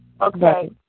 Okay